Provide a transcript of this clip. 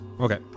Okay